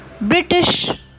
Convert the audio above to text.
British